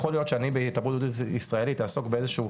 יכול להיות שאני בתרבות יהודית ישראלית אעסוק באיזה שהוא,